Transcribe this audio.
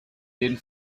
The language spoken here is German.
jeden